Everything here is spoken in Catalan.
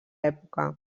època